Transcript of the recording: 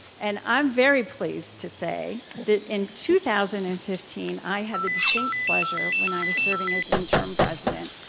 and i'm very pleased to say that in two thousand and fifteen, i had the distinct pleasure, when i was serving as interim president,